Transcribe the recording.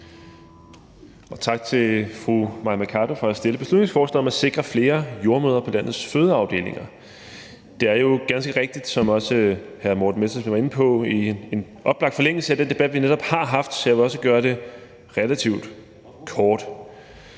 tak til fru Mai Mercado for at have fremsat beslutningsforslaget om at sikre flere jordemødre på landets fødeafdelinger. Det ligger jo ganske rigtigt, som også hr. Morten Messerschmidt var inde på, i en oplagt forlængelse af den debat, vi netop har haft, så jeg vil også gøre det relativt kort.